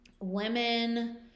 women